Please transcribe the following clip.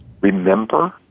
remember